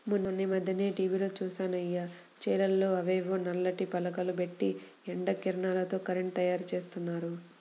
మొన్నీమధ్యనే టీవీలో జూశానయ్య, చేలల్లో అవేవో నల్లటి పలకలు బెట్టి ఎండ కిరణాలతో కరెంటు తయ్యారుజేత్తన్నారు